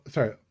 Sorry